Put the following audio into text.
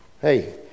Hey